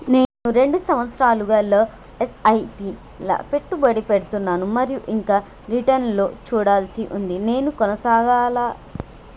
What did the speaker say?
నేను రెండు సంవత్సరాలుగా ల ఎస్.ఐ.పి లా పెట్టుబడి పెడుతున్నాను మరియు ఇంకా రిటర్న్ లు చూడాల్సి ఉంది నేను కొనసాగాలా?